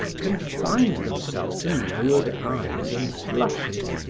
confined themselves to lowered eyes and blushes,